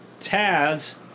Taz